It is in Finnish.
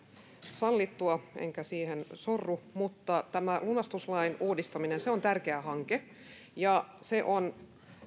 sallittua enkä siihen sorru tämä lunastuslain uudistaminen on tärkeä hanke ja se on